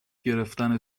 گرفتن